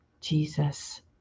Jesus